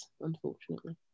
unfortunately